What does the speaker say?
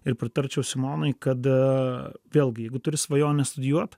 ir pritarčiau simonai kad vėlgi jeigu turi svajonę studijuot